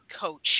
coach